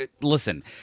Listen